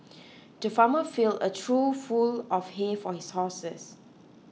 the farmer filled a trough full of hay for his horses